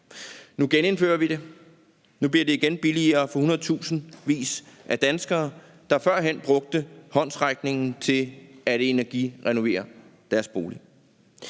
Nu genindfører vi det. Nu bliver det igen billigere for hundredtusindvis af danskere, der førhen brugte håndsrækningen til at energirenovere deres bolig.